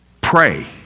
pray